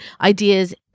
ideas